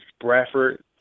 Bradford